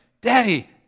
Daddy